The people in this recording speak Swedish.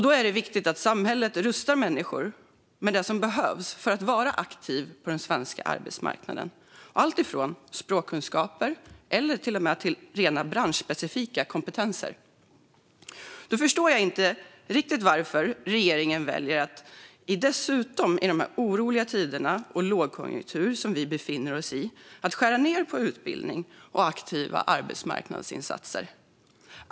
Då är det viktigt att samhället rustar människor med det som behövs för att de ska kunna vara aktiva på den svenska arbetsmarknaden - alltifrån språkkunskaper till rena branschspecifika kompetenser. Jag förstår inte riktigt varför regeringen, dessutom i de oroliga tider och den lågkonjunktur som vi befinner oss i, väljer att skära ned på utbildning och aktiva arbetsmarknadsinsatser.